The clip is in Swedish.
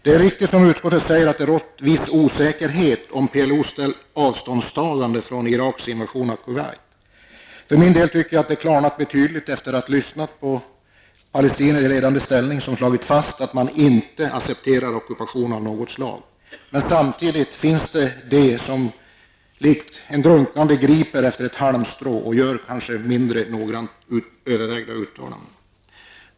Det är riktigt att det, som utskottet skriver, har rått viss osäkerhet om PLOs avståndstagande från Iraks invation av Kuwait. För min del tycker jag att det har klarnat betydligt efter att jag har lyssnat på palestinier i ledande ställning som har slagit fast att man inte accepterar ockupation av något slag. Samtidigt finns de som likt en drunknande griper efter ett halmstrå och gör kanske mindre noggrant övervägda uttalanden.